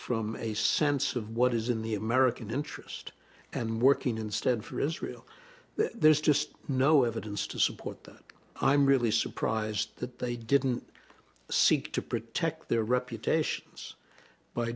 from a sense of what is in the american interest and working instead for israel that there's just no evidence to support that i'm really surprised that they didn't seek to protect their reputations by